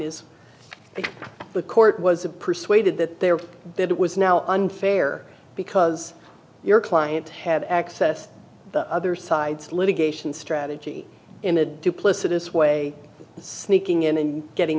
that the court was a persuaded that they were that it was now unfair because your client had access to other sites litigation strategy in a duplicitous way sneaking in and getting